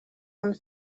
and